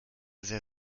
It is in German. sehr